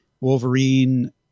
Wolverine